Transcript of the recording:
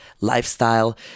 lifestyle